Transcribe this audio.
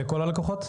לכל הלקוחות?